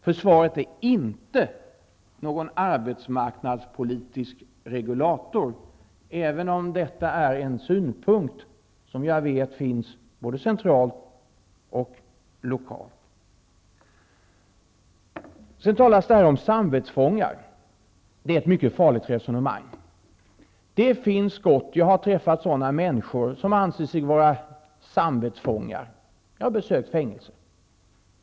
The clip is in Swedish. Försvaret är inte någon arbetsmarknadspolitisk regulatur, även om det är en synpunkt som jag vet finns både centralt och lokalt. Sedan talades det här om samvetsfångar. Det är ett mycket farligt resonemang. Jag har träffat människor som anser sig vara samvetsfångar, när jag besökt fängelser.